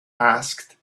asked